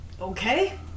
Okay